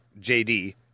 JD